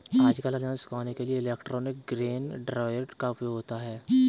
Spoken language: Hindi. आजकल अनाज सुखाने के लिए इलेक्ट्रॉनिक ग्रेन ड्रॉयर का उपयोग होता है